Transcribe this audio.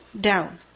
down